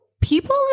people